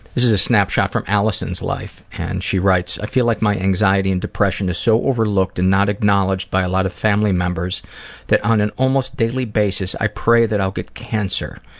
this is a snapshot from alison's life and she writes i feel like my anxiety and depression is so overlooked and not acknowledged by a lot of family members that on an almost daily basis i pray that i'll get cancer.